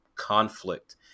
conflict